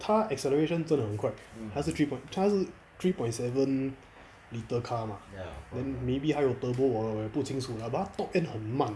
他 acceleration 真的很快他是 three poi~ 他是 three point seven litre car ah then maybe 他又 turbo 我也不清楚 lah but 他 top end 很慢